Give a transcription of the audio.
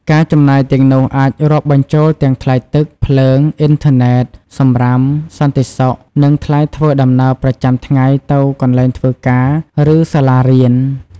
ការចំណាយទាំងនោះអាចរាប់បញ្ចូលទាំងថ្លៃទឹក ភ្លើង អ៊ីនធឺណេត សំរាម សន្តិសុខ និងថ្លៃធ្វើដំណើរប្រចាំថ្ងៃទៅកន្លែងធ្វើការ ឬសាលារៀន។